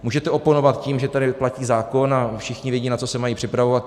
Můžete oponovat tím, že tady platí zákon a všichni vědí, na co se mají připravovat.